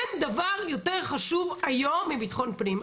אין דבר יותר חשוב היום מביטחון פנים.